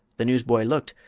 the newsboy looked,